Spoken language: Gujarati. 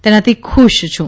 તેનાથી ખુશ છું